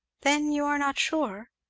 then you are not sure?